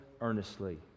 earnestly